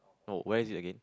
no where's it again